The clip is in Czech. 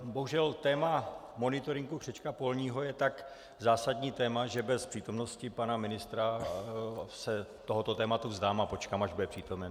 Bohužel, téma monitoringu křečka polního je tak zásadní téma, že bez přítomnosti pana ministra se tohoto tématu vzdám a počkám, až bude přítomen.